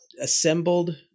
assembled